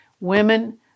women